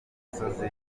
gasozi